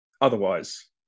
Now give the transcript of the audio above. otherwise